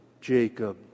Jacob